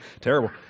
terrible